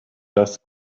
das